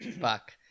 Fuck